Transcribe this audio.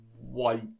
white